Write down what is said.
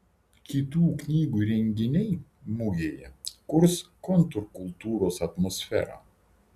kitų knygų renginiai mugėje kurs kontrkultūros atmosferą